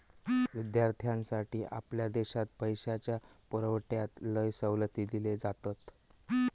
विद्यार्थ्यांसाठी आपल्या देशात पैशाच्या पुरवठ्यात लय सवलती दिले जातत